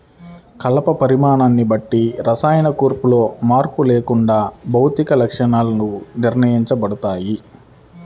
కలప పరిమాణాన్ని బట్టి రసాయన కూర్పులో మార్పు లేకుండా భౌతిక లక్షణాలు నిర్ణయించబడతాయి